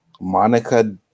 Monica